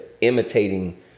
imitating